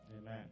Amen